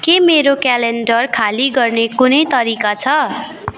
के मेरो क्यालेन्डर खाली गर्ने कुनै तरिका छ